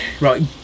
right